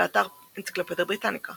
באתר אנציקלופדיה בריטניקה